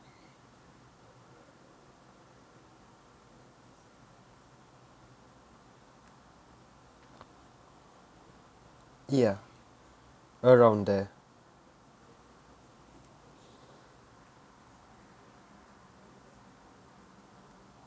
ya around there